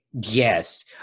Yes